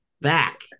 back